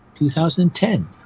2010